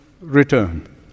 return